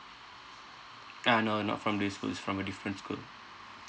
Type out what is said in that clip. ah no not from this school he's from a different school